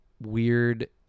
weird